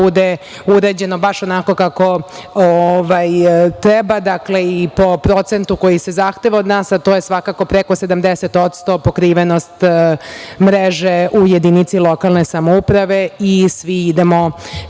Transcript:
bude urađeno baš onako kako treba i po procentu koji se zahteva od nas, a to je svakako preko 70% pokrivenost mreže u jedinici lokalne samouprave i svi idemo